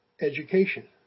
education